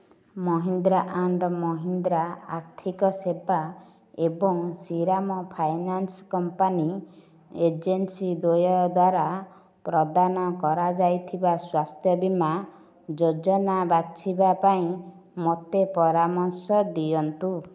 Mahindra and Mahindra ଆର୍ଥିକ ସେବା ଏବଂ ଶ୍ରୀରାମ ଫାଇନାନ୍ସ କମ୍ପାନୀ ଏଜେନ୍ସି ଦ୍ୱୟ ଦ୍ଵାରା ପ୍ରଦାନ କରାଯାଇଥିବା ସ୍ୱାସ୍ଥ୍ୟ ବୀମା ଯୋଜନା ବାଛିବା ପାଇଁ ମୋତେ ପରାମର୍ଶ ଦିଅନ୍ତୁ